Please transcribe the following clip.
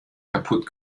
kaputt